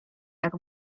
jak